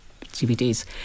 DVDs